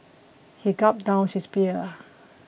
he gulped down his beer